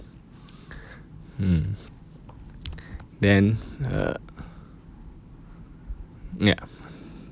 mm then uh ya